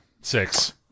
six